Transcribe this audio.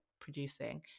producing